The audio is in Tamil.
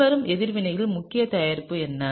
பின்வரும் எதிர்வினையின் முக்கிய தயாரிப்பு என்ன